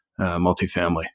multifamily